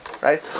Right